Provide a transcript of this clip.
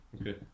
Okay